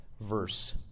verse